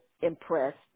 impressed